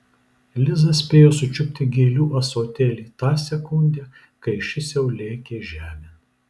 liza spėjo sučiupti gėlių ąsotėlį tą sekundę kai šis jau lėkė žemėn